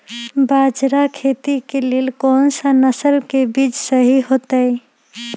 बाजरा खेती के लेल कोन सा नसल के बीज सही होतइ?